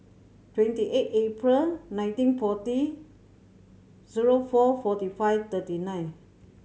twenty eight April nineteen forty zero four forty five thirty nine